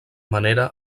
manera